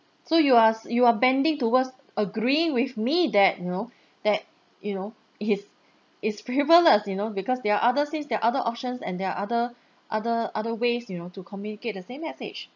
so you are you are bending towards agreeing with me that you know that you know it is it's frivolous you know because there are other since there are other options and there are other other other ways you know to communicate the same message